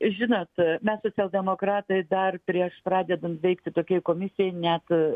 žinot mes socialdemokratai dar prieš pradedant veikti tokiai komisija net